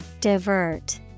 Divert